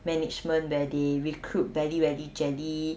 management where they recruit belly welly jelly